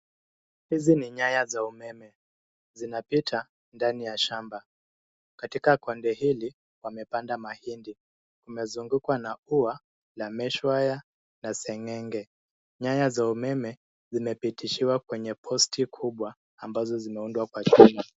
Hizi ni nyaya za umeme, zinapita ndani ya shamba. Katika konde hili wamepanda mahindi. Kumezungukwa na ua la mesh wire na seng'enge. Nyaya za umeme zimepitishiwa kwenye posti kubwa ambazo zimeundwa kwa chuma.